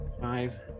Five